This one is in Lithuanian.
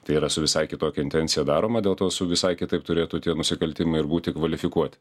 tai yra su visai kitokia intencija daroma dėl to su visai kitaip turėtų tie nusikaltimai ir būti kvalifikuoti